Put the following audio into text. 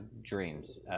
dreams